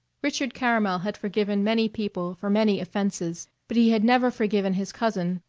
richard caramel had forgiven many people for many offenses. but he had never forgiven his cousin,